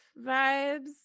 vibes